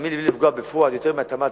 בלי לפגוע בפואד, יותר מהתמ"ת,